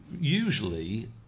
usually